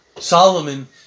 Solomon